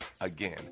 again